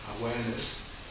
awareness